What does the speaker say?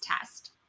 test